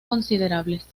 considerables